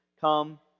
come